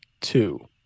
two